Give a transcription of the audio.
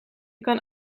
kan